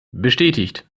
bestätigt